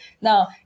now